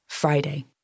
Friday